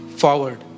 forward